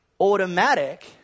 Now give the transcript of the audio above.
automatic